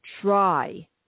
try